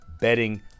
betting